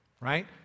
right